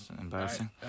Embarrassing